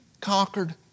conquered